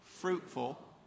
fruitful